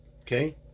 Okay